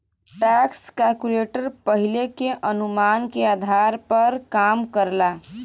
tax calculator पहिले के अनुमान के आधार पर काम करला